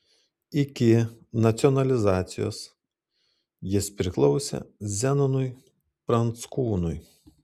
iki nacionalizacijos jis priklausė zenonui pranckūnui